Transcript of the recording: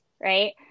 Right